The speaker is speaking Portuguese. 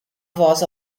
voz